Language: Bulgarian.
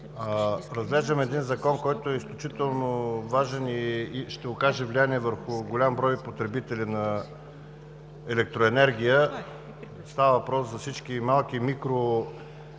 Разглеждаме един закон, който е изключително важен и ще окаже влияние върху голям брой потребители на електроенергия. Става въпрос за всички малки